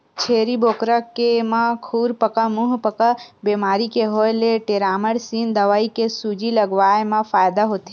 छेरी बोकरा के म खुरपका मुंहपका बेमारी के होय ले टेरामारसिन दवई के सूजी लगवाए मा फायदा होथे